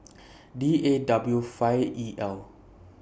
D A W five E L